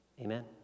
Amen